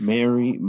Mary